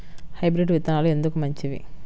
Hybrid విత్తనాలు ఎందుకు మంచివి?